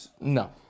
No